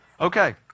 Okay